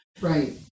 Right